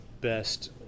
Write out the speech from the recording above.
best